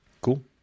cool